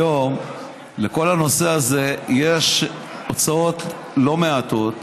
על כל הנושא הזה יש כיום הוצאות לא מעטות.